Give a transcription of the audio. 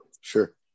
Sure